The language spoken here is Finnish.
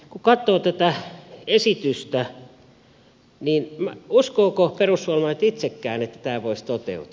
mutta kun katsoo tätä esitystä niin uskooko perussuomalaiset itsekään että tämä voisi toteutua